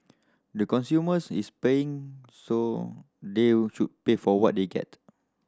the consumers is paying so they should pay for what they get